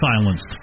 silenced